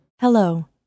Hello